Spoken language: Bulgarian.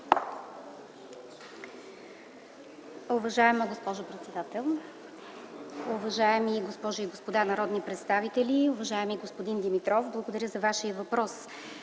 Уважаема госпожо председател, уважаеми госпожи и господа народни представители! Уважаеми господин Михайлов, във връзка с Вашия въпрос